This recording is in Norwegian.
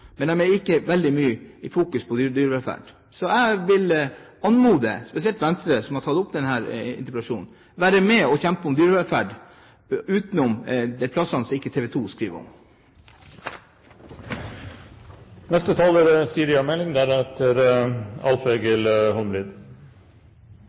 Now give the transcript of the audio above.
men de er ikke veldig mye i fokus når det gjelder dyrevelferd. Så jeg vil anmode spesielt Venstre, som har tatt opp denne interpellasjonen, om å være med og kjempe for dyrevelferd – også på de stedene som TV 2 ikke skriver om. Høyre er